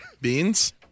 beans